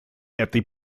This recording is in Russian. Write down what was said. этой